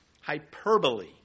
hyperbole